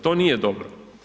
To nije dobro.